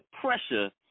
pressure